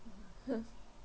hmm